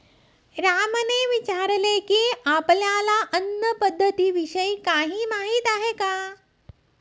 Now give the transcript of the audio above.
रामने विचारले की, आपल्याला अन्न पद्धतीविषयी काही माहित आहे का?